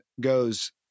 goes